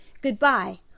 Goodbye